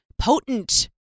potent